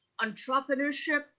entrepreneurship